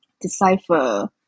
decipher